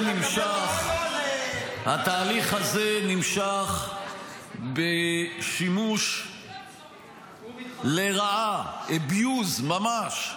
התהליך הזה נמשך בשימוש לרעה, abuse ממש,